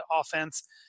offense